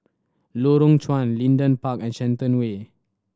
Lorong Chuan Leedon Park and Shenton Way